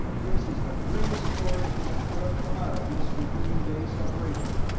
this is the greatest story that could have come out of this reunion day celebration.